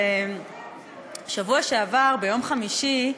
בשבוע שעבר, ביום חמישי,